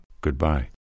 Goodbye